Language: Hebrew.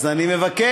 אז אני מבקש,